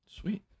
Sweet